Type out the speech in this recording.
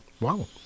Wow